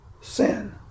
sin